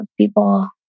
people